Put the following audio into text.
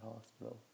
hospital